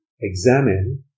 examine